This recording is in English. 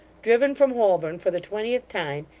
driven from holborn for the twentieth time,